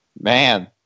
man